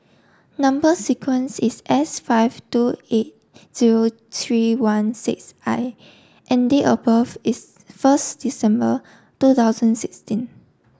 number sequence is S five two eight zero three one six I and date of birth is first December two thousand sixteen